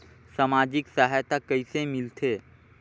समाजिक सहायता कइसे मिलथे?